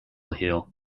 heal